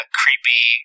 creepy